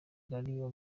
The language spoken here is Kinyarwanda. gari